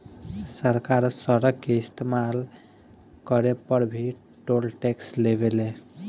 सरकार सड़क के इस्तमाल करे पर भी टोल टैक्स लेवे ले